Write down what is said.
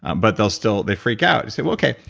but they'll still, they freak out. you say well okay,